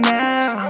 now